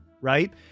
Right